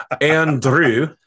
Andrew